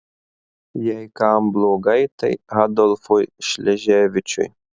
jei kam blogai tai adolfui šleževičiui